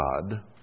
God